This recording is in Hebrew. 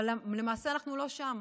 אבל למעשה אנחנו לא שם.